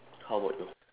how about you